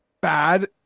bad